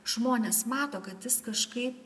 žmonės mato kad jis kažkaip